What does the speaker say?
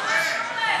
למה אסור להם?